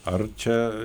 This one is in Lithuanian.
ar čia